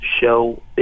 show